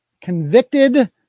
Convicted